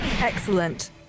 Excellent